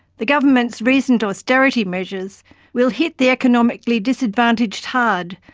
the government's recent austerity measures will hit the economically disadvantaged hard,